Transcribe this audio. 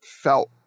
felt